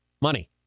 money